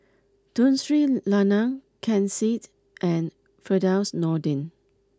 Tun Sri Lanang Ken Seet and Firdaus Nordin